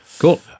Cool